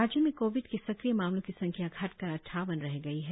राज्य में कोविड के सक्रिय मामलों की संख्या घटकर अट्ठावन रह गई है